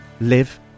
live